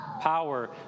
Power